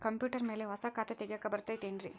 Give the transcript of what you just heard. Computer ಮ್ಯಾಲೆ ಹೊಸಾ ಖಾತೆ ತಗ್ಯಾಕ್ ಬರತೈತಿ ಏನ್ರಿ?